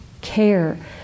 care